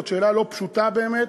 זו שאלה לא פשוטה, באמת.